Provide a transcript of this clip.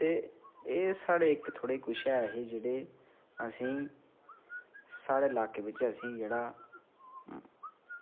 ते एह् साढ़े कुछ इक्क जेह्ड़े ऐहे असें ई साढ़े लाकै बिच असें ई जेह्ड़ा